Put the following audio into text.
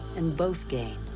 and both gain.